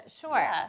Sure